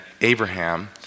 Abraham